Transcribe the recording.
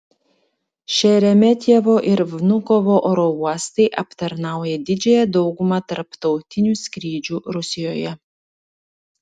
šeremetjevo ir vnukovo oro uostai aptarnaują didžiąją daugumą tarptautinių skrydžių rusijoje